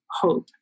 hope